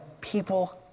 people